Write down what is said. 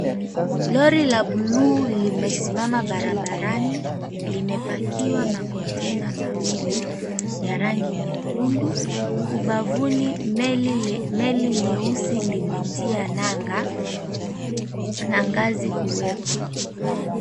Lori la buluu limesimama barabarani limepakiwa makontaina mawili ya rangi nyekundu. Ubavuni meli nyeusi limetia nanga na ngazi kuwekwa.